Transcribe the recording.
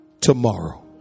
tomorrow